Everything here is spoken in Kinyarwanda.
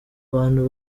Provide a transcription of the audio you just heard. bantu